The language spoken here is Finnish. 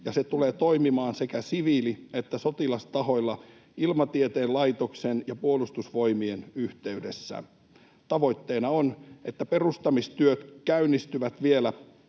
se tulee toimimaan sekä siviili- että sotilastahoilla Ilmatieteen laitoksen ja Puolustusvoimien yhteydessä. Tavoitteena on, että perustamistyöt käynnistyvät vielä